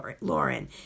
Lauren